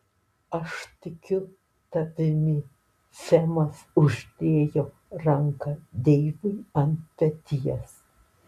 aš tikiu tavimi semas uždėjo ranką deivui ant peties